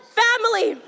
family